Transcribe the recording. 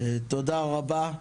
תודה רבה.